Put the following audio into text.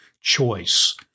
choice